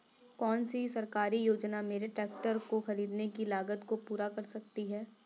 कौन सी सरकारी योजना मेरे ट्रैक्टर को ख़रीदने की लागत को पूरा कर सकती है?